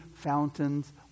fountains